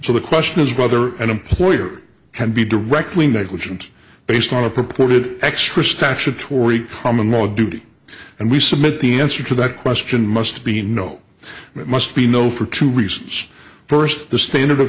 so the question is whether an employer can be directly negligent based on a purported extra statutory common law a duty and we submit the answer to that question must be no it must be no for two reasons first the standard of